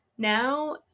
Now